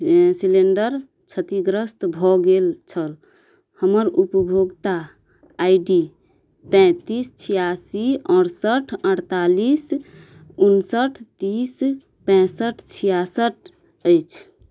cylinder क्षतिग्रस्त भऽ गेल छल हमर उपभोक्ता आइ डी तेँतिस छिआसी अड़सठि अड़तालिस उनसठि तीस पैँसठि छिआसठि अछि